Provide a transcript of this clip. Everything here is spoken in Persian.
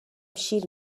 شیر